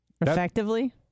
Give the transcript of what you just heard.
Effectively